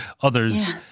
others